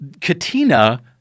Katina